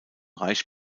reicht